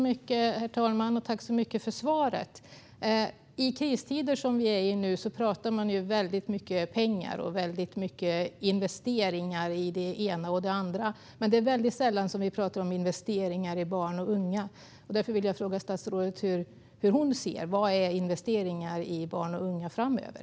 Herr talman! Tack så mycket för svaret! I kristider som vi är i nu talar man väldigt mycket om pengar och investeringar i det ena och det andra. Men det är väldigt sällan som vi talar om investeringar i barn och unga. Därför vill jag fråga statsrådet hur hon ser på vad som är investeringar i barn och unga framöver.